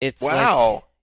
wow